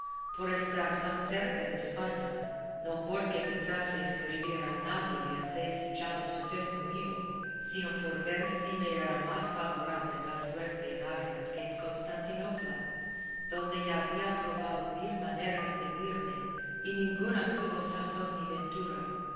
por estar tan cerca de españa no porque pensase escribir a nadie el desdichado suceso mío sino por ver si me era más favorable la suerte en argel que en constantinopla donde ya había probado mil maneras de huirme y ninguna tuvo sazón ni ventura